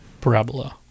parabola